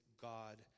God